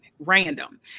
random